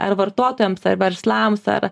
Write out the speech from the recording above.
ar vartotojams ar verslams ar